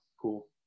cool